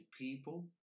people